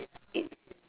it